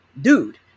dude